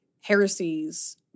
heresies—